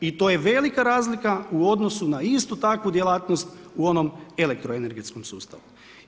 I to je velika razlika u odnosu na istu tako djelatnost u onom elektroenergetskom sustavu.